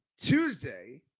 Tuesday